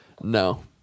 no